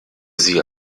sie